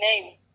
name